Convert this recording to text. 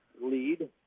lead